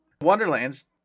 wonderlands